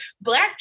black